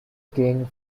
king